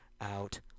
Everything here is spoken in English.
out